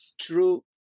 true